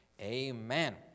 Amen